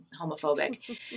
homophobic